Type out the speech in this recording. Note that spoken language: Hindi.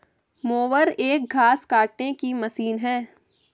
मोवर एक घास काटने की मशीन है